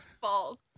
false